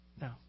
No